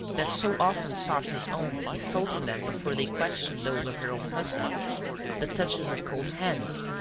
that so often sought his own, consulting them before they questioned those of her own husband the touches of cold hands,